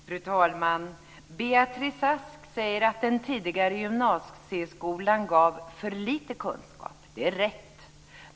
Fru talman! Beatrice Ask säger att den tidigare gymnasieskolan gav för lite kunskap. Det är rätt.